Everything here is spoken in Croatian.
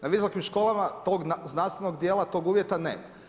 Na visokim školama tog znanstvenog dijela, tog uvjeta nema.